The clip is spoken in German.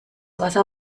wasser